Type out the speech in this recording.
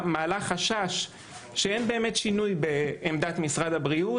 מעלה חשש שאין באמת שינוי בעמדת משרד הבריאות,